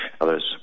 others